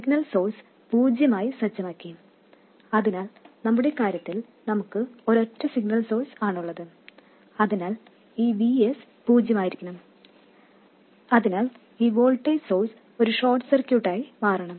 signal source പൂജ്യമായി സജ്ജമാക്കി അതിനാൽ നമ്മുടെ കാര്യത്തിൽ നമുക്ക് ഒരൊറ്റ സിഗ്നൽ സോഴ്സ് ആണുള്ളത് അതിനാൽ ഈ Vs പൂജ്യമായിരിക്കണം ഈ വോൾട്ടേജ് സോഴ്സ് ഒരു ഷോർട്ട് സർക്യൂട്ടായി മാറണം